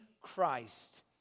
Christ